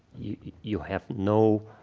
you have no,